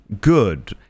good